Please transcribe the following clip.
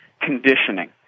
conditioning